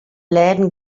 läden